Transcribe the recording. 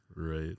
right